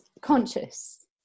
conscious